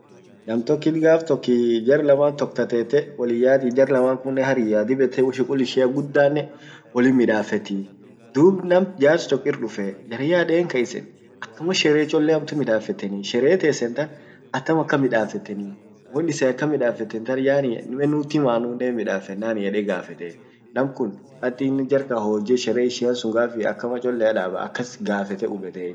nam tokit gaf tok jar laman tok tatete wolin yaati, jar laman kunnen hariyya dib ette shughul ishia gudda ne wolin midafetti. Dub nam jars tok irduffe jaranyaa denkan isen akama sherehe cchole midafeteni sherehe tesen tan akam akan midaf